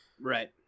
right